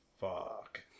Fuck